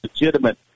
legitimate